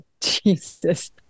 Jesus